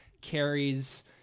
Carrie's